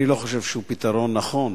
אני לא חושב שהוא פתרון נכון.